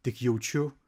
tik jaučiu